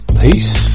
peace